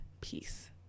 peace